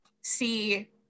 see